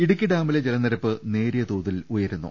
ഇടുക്കി ഡാമിലെ ജലനിരപ്പ് നേരിയ തോതിൽ ഉയരുന്നു